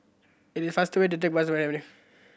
it is faster to take bus to Avenue